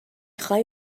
خوای